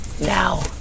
Now